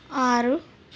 ఆరు